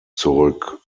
zurück